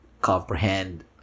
comprehend